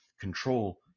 control